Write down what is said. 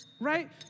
right